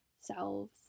selves